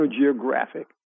Geographic